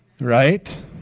Right